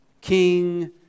king